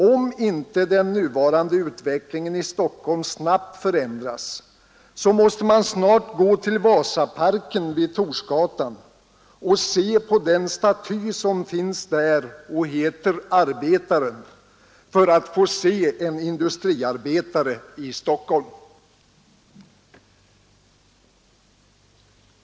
Om inte den nuvarande utvecklingen i Stockholm snabbt förändras måste man snart gå till Vasaparken vid Torsgatan och se på den staty som finns där och som heter ”Arbetaren” för att få se en industriarbetare i Stockholm.